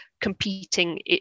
competing